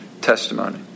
testimony